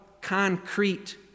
concrete